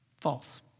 false